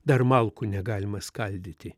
dar malkų negalima skaldyti